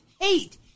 hate